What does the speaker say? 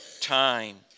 time